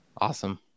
Awesome